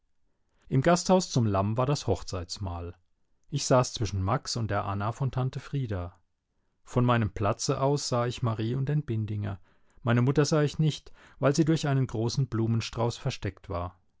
im gasthaus zum lamm war das hochzeitsmahl ich saß zwischen max und der anna von tante frieda von meinem platze aus sah ich marie und den bindinger meine mutter sah ich nicht weil sie durch einen großen blumenstrauß versteckt war